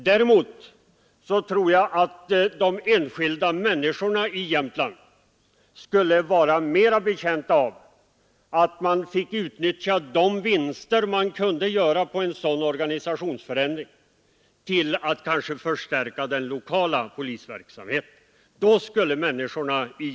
Däremot tror jag att de enskilda människorna i Jämtland skulle vara mera betjänta av att man fick utnyttja de vinster som kan göras genom en sådan organisationsförändring till att t.ex. förstärka den lokala polisverksamheten.